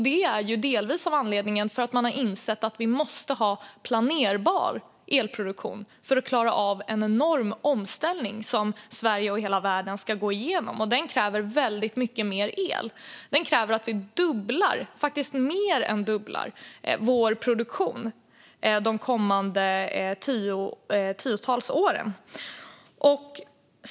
Det är delvis av den anledningen att man har insett att vi måste ha planerbar elproduktion för att klara av en enorm omställning som Sverige och hela världen ska gå igenom. Och den kräver väldigt mycket mer el. Den kräver att vi faktiskt mer än dubblar vår produktion de kommande tio åren.